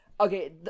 Okay